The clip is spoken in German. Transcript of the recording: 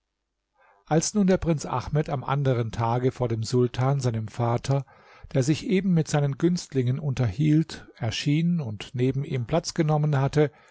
als nun der prinz ahmed am anderen tage vor dem sultan seinem vater der sich eben mit seinen günstlingen unterhielt erschien und neben ihm platz genommen hatte